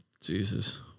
Jesus